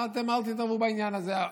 אמרתי להם: אל תתערבו בעניין הזה,